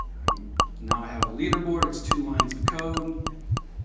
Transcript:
um now i have a leaderboard. it's two lines of code.